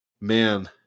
Man